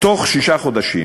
בתוך שישה חודשים.